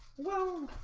whoa